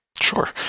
sure